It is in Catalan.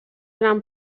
eren